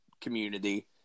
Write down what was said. community